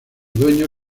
dueños